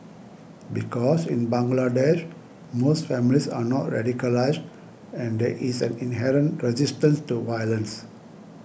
because in Bangladesh most families are not radicalised and there is an inherent resistance to violence